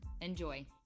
Enjoy